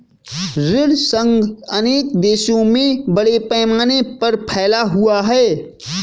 ऋण संघ अनेक देशों में बड़े पैमाने पर फैला हुआ है